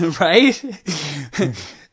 right